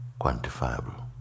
quantifiable